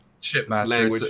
Shipmaster